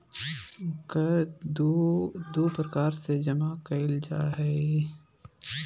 कर दू प्रकार से जमा कइल जा हइ